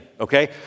okay